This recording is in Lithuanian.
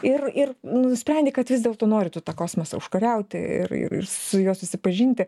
ir ir nu nusprendi kad vis dėlto nori tu tą kosmosą užkariauti ir ir ir su juo susipažinti